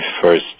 first